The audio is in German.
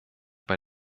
bei